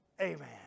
amen